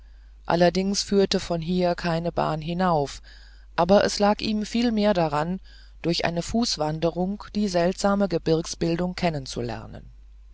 allerdings führte von hier keine bahn hinauf aber es lag ihm viel mehr daran durch eine fußwanderung die seltsame gebirgsbildung